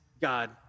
God